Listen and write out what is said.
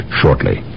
shortly